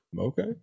Okay